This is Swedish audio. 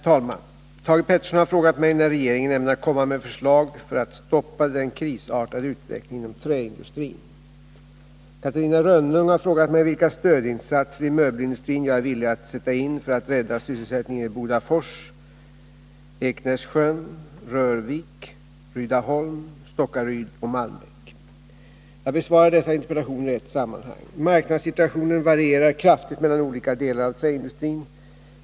Herr talman! Thage Peterson har frågat mig när regeringen ämnar komma med förslag för att stoppa den krisartade utvecklingen inom träindustrin. Catarina Rönnung har frågat mig vilka stödinsatser i möbelindustrin jag är villig att sätta in för att rädda sysselsättningen i Bodafors, Ekenässjön, Rörvik, Rydaholm, Stockaryd och Malmbäck. Jag besvarar dessa interpellationer i ett sammanhang. Marknadssituationen varierar kraftigt mellan olika delar av träindustrin.